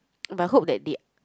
but I hope that they